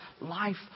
life